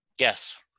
Yes